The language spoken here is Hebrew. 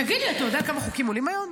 תגיד לי, אתה יודע כמה חוקים עולים היום?